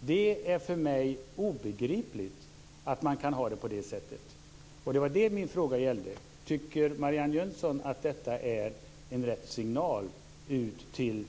Det är för mig obegripligt att man kan handla på det sättet, och det var det som min fråga gällde. Tycker Marianne Jönsson att detta är rätt signal till